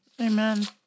Amen